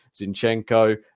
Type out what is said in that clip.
Zinchenko